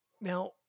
Now